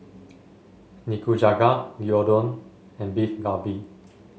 Nikujaga Gyudon and Beef Galbi